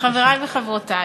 וחברותי,